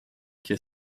quai